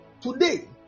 Today